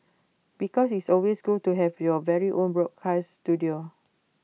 because it's always cool to have your very own broadcast Studio